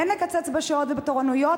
כן נקצץ בשעות ובתורנויות,